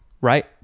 right